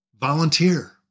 Volunteer